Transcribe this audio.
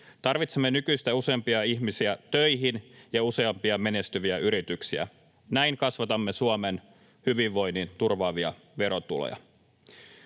Tarvitsemme nykyistä useampia ihmisiä töihin ja useampia menestyviä yrityksiä. Näin kasvatamme Suomen hyvinvoinnin turvaavia verotuloja.